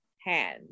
hand